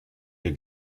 der